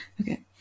Okay